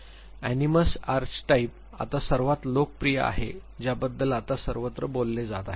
अॅनिमस archetype आता सर्वात लोकप्रिय आहे ज्याबद्दल आता सर्वत्र बोलले जात आहे